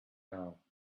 now